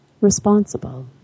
responsible